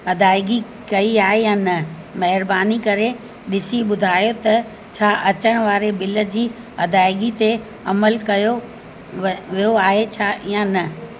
अदायगी कई आहे या न महिरबानी करे ॾिसी ॿुधायो त छा अचणु वारे बिल जी अदायगी ते अमल कयो व वियो आहे छा या न